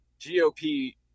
GOP